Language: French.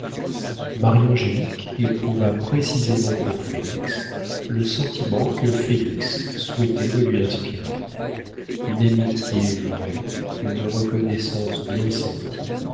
marie angélique éprouva précisément pour félix le sentiment que félix souhaitait de lui inspirer une amitié vraie une reconnaissance bien sentie